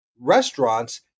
restaurants